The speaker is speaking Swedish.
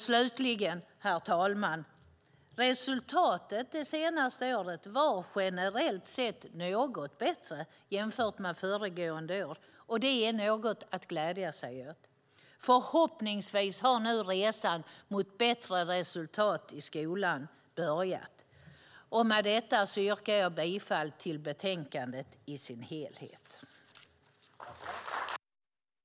Slutligen, herr talman: Resultatet det senaste läsåret var generellt sett något bättre jämfört med föregående år. Det är något att glädja sig åt. Förhoppningsvis har nu resan mot bättre resultat i skolan börjat. Med detta yrkar jag bifall till förslaget i betänkandet i dess helhet. I detta anförande instämde Jan Ericson, Camilla Waltersson Grönvall och Oskar Öholm , Ulrika Carlsson i Skövde samt Yvonne Andersson och Annika Eclund .